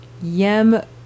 Yem